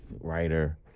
writer